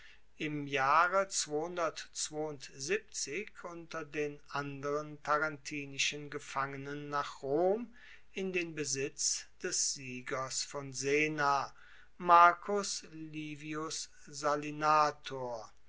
im jahre unter den anderen tarentinischen gefangenen nach rom in den besitz des siegers von sena marcus livius salinator